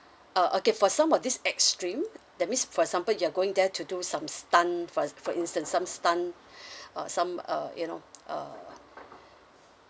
uh okay for some of these extreme that means for example you're going there to do some stun for for instance some stun or some uh you know uh